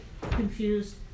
confused